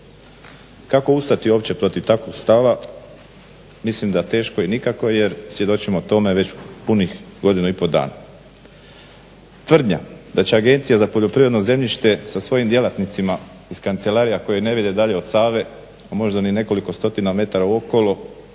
Kako ustati uopće protiv takvog stava? Mislim da teško i nikako jer svjedočimo tome već punih godinu i pol dana. Tvrdnja da će Agencija za poljoprivredno zemljište sa svojim djelatnicima is kancelarija koji ne vide dalje od Save a možda ni nekoliko stotina metara okolo